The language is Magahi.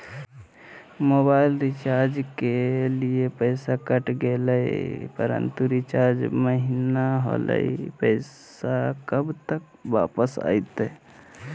मोबाइल रिचार्ज के लिए पैसा कट गेलैय परंतु रिचार्ज महिना होलैय, पैसा कब तक वापस आयते?